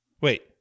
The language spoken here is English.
Wait